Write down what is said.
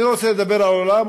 אני לא רוצה לדבר על העולם,